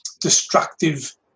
destructive